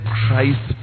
Christ